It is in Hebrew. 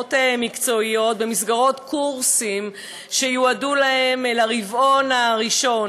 להכשרות מקצועיות במסגרות קורסים שיועדו להם לרבעון הראשון.